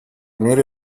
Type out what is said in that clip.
мере